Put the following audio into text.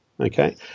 Okay